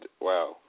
wow